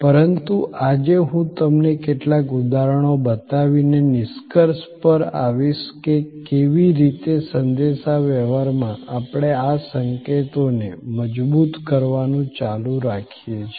પરંતુ આજે હું તમને કેટલાક ઉદાહરણો બતાવીને નિષ્કર્ષ પર આવીશ કે કેવી રીતે સંદેશાવ્યવહારમાં આપણે આ સંકેતોને મજબૂત કરવાનું ચાલુ રાખીએ છીએ